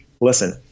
Listen